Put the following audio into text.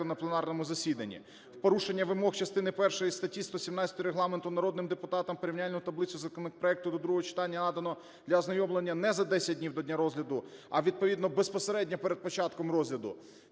на пленарному засіданні. В порушення вимог частини першої статті 117 Регламенту народним депутатам порівняльну таблицю законопроекту до другого читання надано для ознайомлення не за 10 днів до дня розгляду, а відповідно безпосередньо перед початком розгляду,